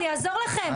אני אעזור לכם,